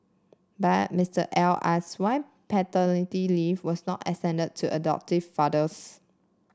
but Mister L asked why paternity leave was not extended to adoptive fathers